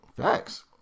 Facts